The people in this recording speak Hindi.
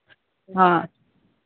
हाँ